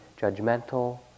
judgmental